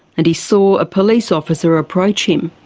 and he saw a police officer approach him.